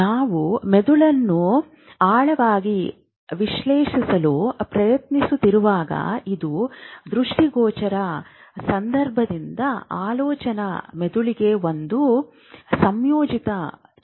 ನಾವು ಮೆದುಳನ್ನು ಆಳವಾಗಿ ವಿಶ್ಲೇಷಿಸಲು ಪ್ರಯತ್ನಿಸುತ್ತಿರುವಾಗ ಇದು ದೃಷ್ಟಿಗೋಚರ ಸಂದರ್ಭದಿಂದ ಆಲೋಚನಾ ಮೆದುಳಿಗೆ ಒಂದು ಸಂಯೋಜಿತ ಚಿತ್ರವಾಗಿದೆ